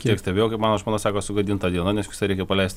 kiek stebėjau kaip mano žmona sako sugadinta diena nes reikia paleist